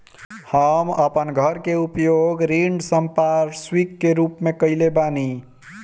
हम अपन घर के उपयोग ऋण संपार्श्विक के रूप में कईले बानी